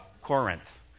Corinth